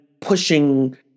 pushing